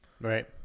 Right